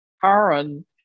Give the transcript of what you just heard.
Karen